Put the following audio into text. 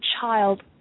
child